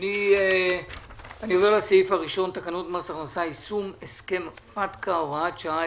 אני עובר לסעיף הראשון: תקנות מס הכנסה (יישום הסכם הפטקא) (הוראת שעה),